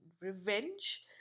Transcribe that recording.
revenge